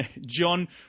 john